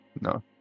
No